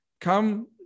come